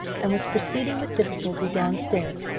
and was proceeding, with difficulty, down stairs,